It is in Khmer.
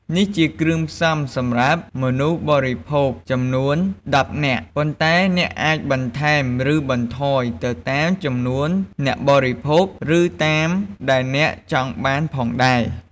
នេះជាគ្រឿងផ្សំសម្រាប់មនុស្សបរិភោគចំនួន១០នាក់ ប៉ុន្តែអ្នកអាចបន្ថែមឬបន្ថយទៅតាមចំនួនអ្នកបរិភោគ ឬតាមដែលអ្នកចង់បានផងដែរ